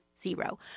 zero